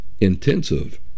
intensive